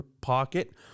pocket